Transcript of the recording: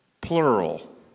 Plural